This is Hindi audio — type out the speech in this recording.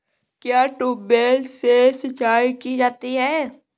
क्या ट्यूबवेल से सिंचाई की जाती है?